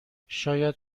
شاید